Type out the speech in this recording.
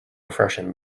refreshing